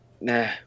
Nah